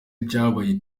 ibyabaye